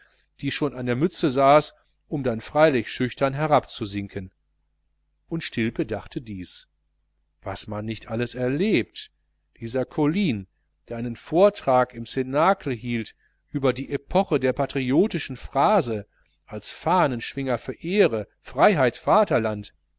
die schon an der mütze saß um dann freilich schüchtern herabzusinken und stilpe dachte dies was man nicht alles erlebt dieser colline der einen vortrag im cnacle hielt über die epoche der patriotischen phrase als fahnenschwinger für ehre freiheit vaterland